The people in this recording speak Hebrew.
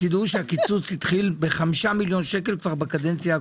תדעו שהקיצוץ התחיל ב-5 מיליון שקל כבר בקדנציה הקודמת.